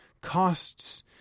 costs